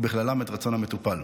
ובכללם את רצון המטופל.